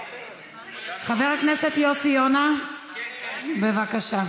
חבר הכנסת יוסי יונה, בבקשה.